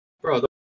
Bro